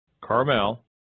Carmel